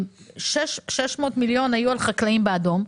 600 מיליון היו על חקלאים באדום,